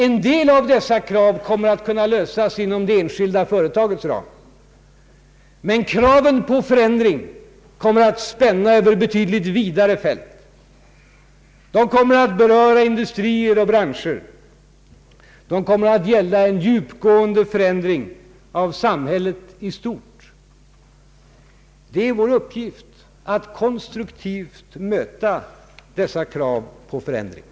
En del av dessa krav kommer att kunna tillgodoses inom det enskilda företagets ram, men kraven på förändring kommer att spänna över betydligt vidare fält. De kommer att beröra industrier och branscher, de kommer att gälla en djupgående förändring av samhället i stort. Det är vår uppgift att konstruktivt möta dessa krav på förändringar.